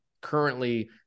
currently